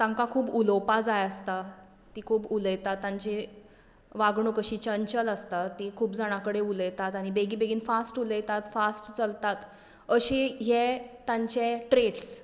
तांकां खूब उलोवपा जाय आसता ती खूब उलयतात तांचे वागणूक अशी चंचल आसता ती खूब जाणां कडेन उलयतात आनी बेगीन बेगीन फास्ट उलयतात फास्ट चलतात अशी हे तांचे ट्रॅट्स